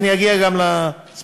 אני אגיע גם ספציפית,